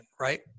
right